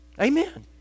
Amen